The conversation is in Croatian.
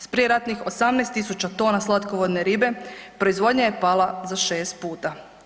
S prijeratnih 18000 tona slatkovodne ribe proizvodnja je pala za 6 puta.